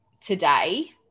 today